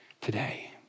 today